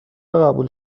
قبول